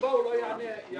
חשובה אליו, הוא לא יענה עליה.